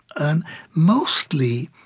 and mostly,